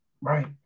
right